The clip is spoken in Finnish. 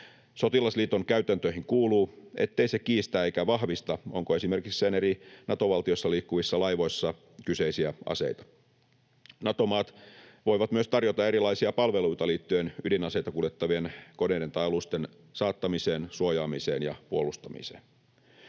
Sotilasliiton käytäntöihin kuuluu, ettei se kiistä eikä vahvista, onko esimerkiksi sen eri Nato-valtiossa liikkuvissa laivoissa kyseisiä aseita. Nato-maat voivat myös tarjota erilaisia palveluita liittyen ydinaseita kuljettavien koneiden tai alusten saattamiseen, suojaamiseen ja puolustamiseen.